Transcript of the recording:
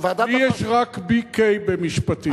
לי יש רק BK במשפטים.